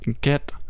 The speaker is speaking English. get